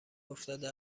افتاده